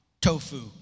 tofu